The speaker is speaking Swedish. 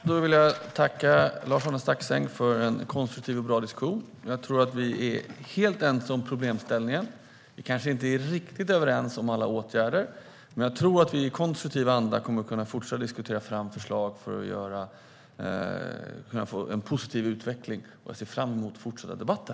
Herr talman! Jag vill tacka Lars-Arne Staxäng för en konstruktiv och bra diskussion. Jag tror att vi är helt ense om problemställningen. Vi kanske inte är riktigt överens om alla åtgärder. Men jag tror att vi i konstruktiv anda kommer att kunna fortsätta att diskutera fram förslag för att få en positiv utveckling. Jag ser fram emot fortsatta debatter.